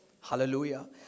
Hallelujah